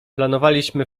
planowaliśmy